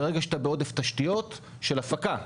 ברגע שאתה בעודף תשתיות של הפקה,